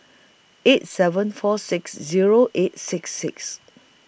eight seven four six Zero eight six six